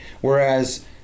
whereas